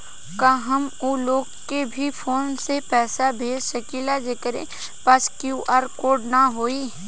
का हम ऊ लोग के भी फोन से पैसा भेज सकीला जेकरे पास क्यू.आर कोड न होई?